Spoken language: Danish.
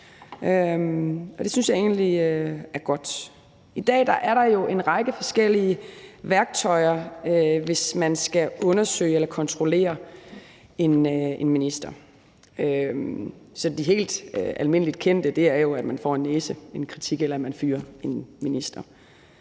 det synes jeg egentlig er godt. I dag er der jo en række forskellige værktøjer, hvis man skal undersøge eller kontrollere en minister. De helt almindeligt kendte er, at man giver en næse, en kritik, eller at man fyrer en minister.